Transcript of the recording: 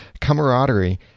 camaraderie